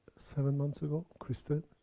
seven months ago, crystal?